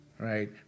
Right